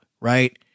Right